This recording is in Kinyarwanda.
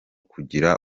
kugira